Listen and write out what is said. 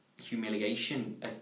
humiliation